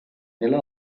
nella